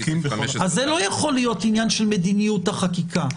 אז זה לא יכול להיות עניין של מדיניות החקיקה.